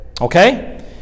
Okay